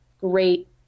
great